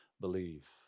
believe